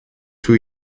two